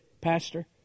Pastor